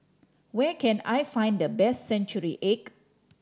where can I find the best century egg